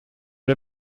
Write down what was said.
der